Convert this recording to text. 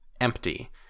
empty